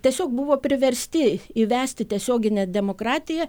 tiesiog buvo priversti įvesti tiesioginę demokratiją